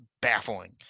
baffling